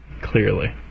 Clearly